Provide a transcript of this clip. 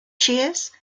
cheers